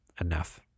enough